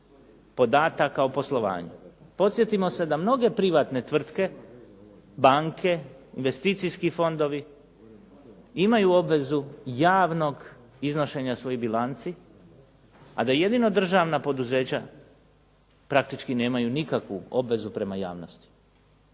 podataka o poslovanju. Podsjetimo se da mnoge privatne tvrtke, banke, investicijski fondovi imaju obvezu javnog iznošenja svojih bilanci, a da jedino državna poduzeća praktički nemaju nikakvu obvezu prema javnosti.